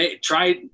try